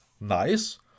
Nice